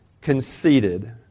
conceited